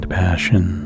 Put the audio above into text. passion